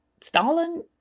Stalin